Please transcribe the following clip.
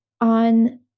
on